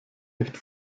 nicht